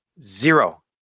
Zero